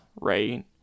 right